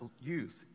youth